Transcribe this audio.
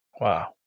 Wow